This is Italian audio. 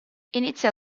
inizia